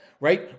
right